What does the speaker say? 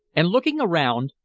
and looking round,